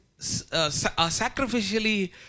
sacrificially